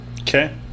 Okay